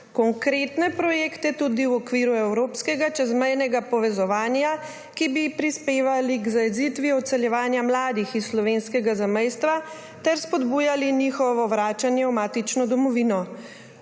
konkretne projekte, tudi v okviru evropskega čezmejnega povezovanja, ki bi prispevali k zajezitvi odseljevanja mladih iz slovenskega zamejstva ter spodbujali njihovo vračanje v matično domovino;